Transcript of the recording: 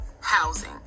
housing